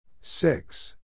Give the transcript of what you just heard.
Six